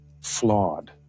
flawed